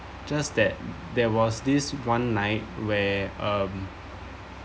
just that there was this one night where um